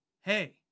hey